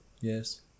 Yes